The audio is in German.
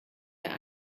der